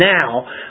now